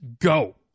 go